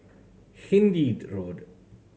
Hindhede Road